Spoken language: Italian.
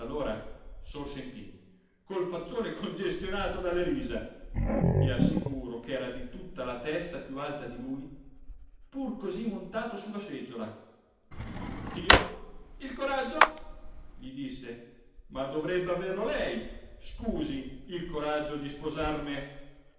allora sorse in piedi col faccione congestionato dalle risa i assicuro che era di tutta la testa più alta di lui pur così montato sulla seggiola io il coraggio gli disse ma dovrebbe averlo lei scusi il coraggio di sposar